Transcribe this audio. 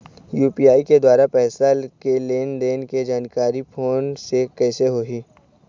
UPI के द्वारा पैसा के लेन देन के जानकारी फोन से कइसे होही?